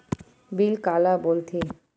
Bill काला बोल थे?